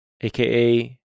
aka